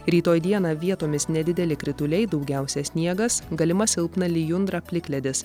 rytoj dieną vietomis nedideli krituliai daugiausiai sniegas galima silpna lijundra plikledis